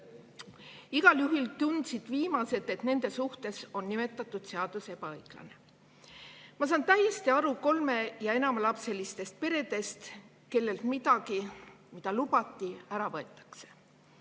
Igal juhul tundsid viimased, et nende suhtes on nimetatud seadus ebaõiglane. Ma saan täiesti aru kolme‑ ja enamalapselistest peredest, kellelt midagi, mida lubati, ära võetakse.